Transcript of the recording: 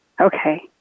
okay